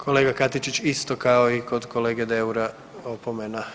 Kolega Katičić isto kao i kod kolege Deura opomena.